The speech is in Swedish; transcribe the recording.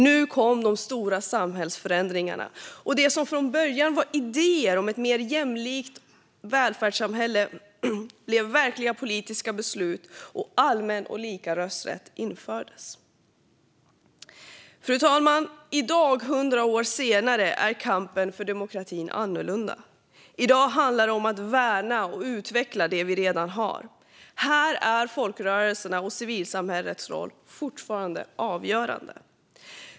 Nu kom de stora samhällsförändringarna, och det som från början var idéer om ett mer jämlikt välfärdssamhälle blev verkliga politiska beslut, och allmän och lika rösträtt infördes. Fru talman! I dag, 100 år senare, är kampen för demokratin annorlunda. I dag handlar det om att värna och utveckla det vi redan har. Här är folkrörelsernas och civilsamhällets roll fortfarande avgörande.